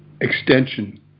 extension